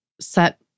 set